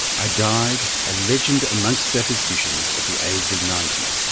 i died a legend amongst statisticians at the age of ninety.